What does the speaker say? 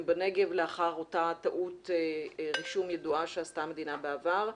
בנגב לאחר אותה טעות רישום ידועה שעשתה המדינה בעבר.